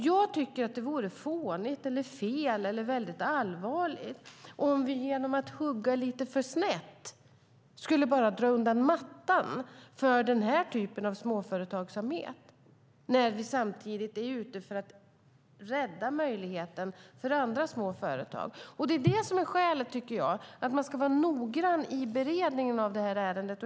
Jag tycker att det vore fånigt, fel eller allvarligt om vi genom att hugga lite för snett skulle dra undan mattan för den här typen av småföretagsamhet när vi samtidigt är ute för att rädda möjligheten för andra små företag. Det är skälet till att man ska vara noggrann i beredningen av ärendet.